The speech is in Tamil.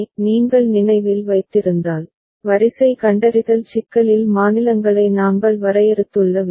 நீங்கள் நினைவில் வைத்திருந்தால் வரிசை கண்டறிதல் சிக்கலில் மாநிலங்களை நாங்கள் வரையறுத்துள்ள விதம்